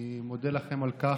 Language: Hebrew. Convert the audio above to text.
אני מודה לכם על כך.